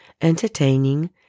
entertaining